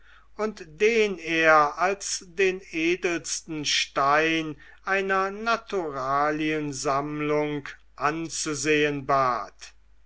und den er als den edelsten stein einer naturaliensammlung anzusehen bat